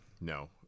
No